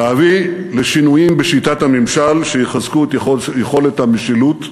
להביא לשינויים בשיטת הממשל שיחזקו את יכולת המשילות,